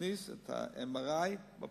להכניס את ה- MRI לפריפריה,